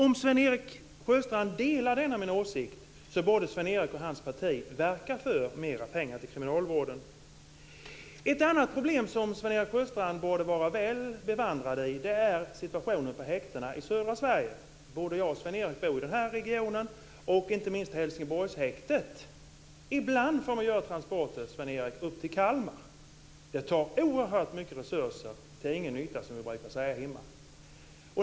Om Sven-Erik Sjöstrand delar denna min åsikt borde Sven-Erik och hans parti verka för mera pengar till kriminalvården. Ett annat problem som Sven-Erik Sjöstrand borde vara väl bevandrad i är situationen på häktena i södra Sverige. Både jag och Sven-Erik bor i denna region. Det gäller inte minst Helsingborgshäktet. Ibland får man göra transporter, Sven-Erik, upp till Kalmar. Det går oerhört mycket resurser till ingen nytta, som vi brukar säga hemma.